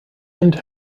end